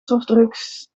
softdrugs